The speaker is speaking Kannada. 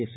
ಎಸ್